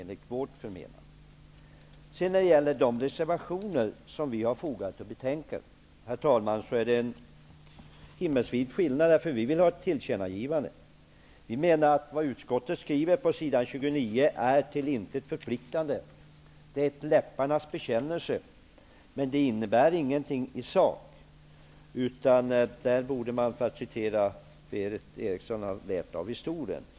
När det gäller våra reservationer i betänkandet vill jag säga att det finns en himmelsvid skillnad här. Vi vill nämligen ha ett tillkännagivande. Vi menar att utskottets skrivning på s. 29 är till intet förpliktande. Det som sägs är en läpparnas bekännelse. Men det har ingen betydelse i sak. Man borde, för att använda Berith Erikssons ord, ha lärt av historien.